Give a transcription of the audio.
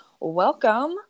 welcome